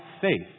faith